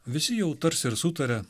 visi jau tarsi ir sutaria